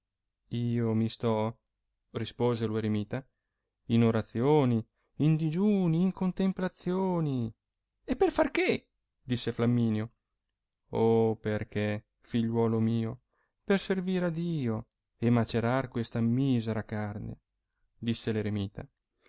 io mi sto rispose lo eremita in orazioni in digiuni in contemplazioni e per far che disse flamminio oh perchè figliuolo mio per servir a dio e macerar questa misera carne disse l eremita